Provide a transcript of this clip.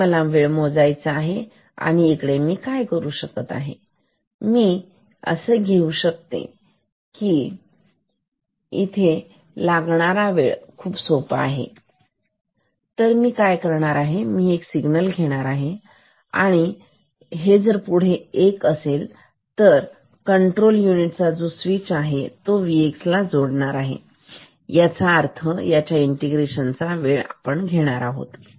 इकडे मला वेळ मोजायचं नाही आणि त्यासाठी मी काय करू शकतो मी घेऊ शकतो मी घेणार आहे जे खूप सोपा आहे मी काय करू शकतो तर मी हे सिग्नल घेईल आणि पुढे जर हे 1 असेल म्हणजे हा कोणता भाग आहे इथे कंट्रोल युनिट आहे स्वीच Vx ला जोडलेले आहे याचा अर्थ हाच इंटिग्रेशन चा वेळ आहे